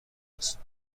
است